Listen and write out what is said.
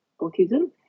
autism